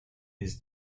his